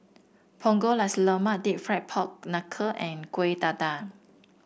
Punggol Nasi Lemak deep fried Pork Knuckle and Kueh Dadar